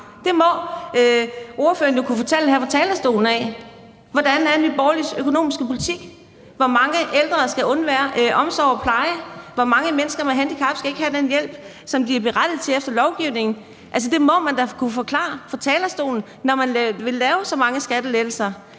Det må ordføreren kunne fortælle her fra talerstolen. Hvordan er Nye Borgerliges økonomiske politik? Hvor mange ældre skal undvære omsorg og pleje? Hvor mange mennesker med handicap skal ikke have den hjælp, som de er berettiget til efter lovgivningen? Altså, det må man da kunne forklare fra talerstolen, når man vil lave så mange skattelettelser.